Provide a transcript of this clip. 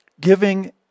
giving